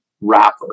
rapper